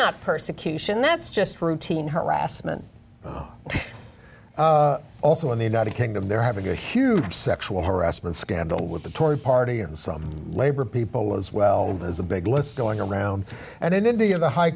not persecution that's just routine harassment also in the united kingdom they're having a huge sexual harassment scandal with the tory party and some labor people as well as a big list going around and in india the high